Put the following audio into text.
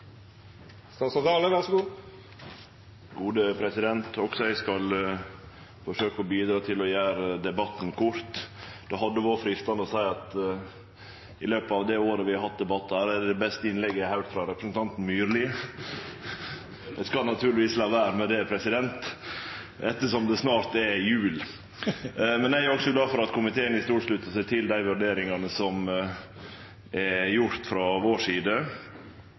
Også eg skal forsøke å bidra til å gjere debatten kort. Det hadde vore freistande å seie at det siste innlegget frå representanten Myrli var det beste innlegget eg har høyrt frå han i løpet av det året vi har hatt debattar her. Eg skal naturlegvis la vere å seie det, ettersom det snart er jul. Eg er også glad for at komiteen i stort sluttar seg til dei vurderingane som er gjorde frå vår side.